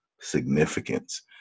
significance